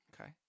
Okay